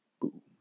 boom